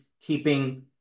keeping